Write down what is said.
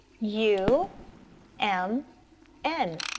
u m n.